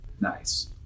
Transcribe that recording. Nice